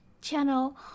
channel